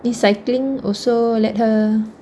this cycling also let her